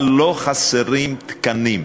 אבל לא חסרים תקנים.